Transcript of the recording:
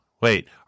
wait